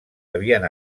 havien